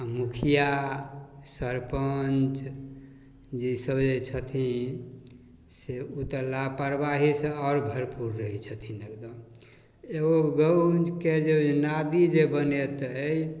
हम मुखिआ सरपञ्च जे ईसब जे छथिन से ओ तऽ लापरवाहीसँ आओर भरपूर रहै छथिन एकदम एगो गउके जे नादि जे बनेतै